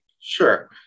Sure